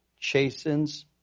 chastens